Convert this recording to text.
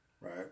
right